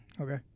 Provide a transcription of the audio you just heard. okay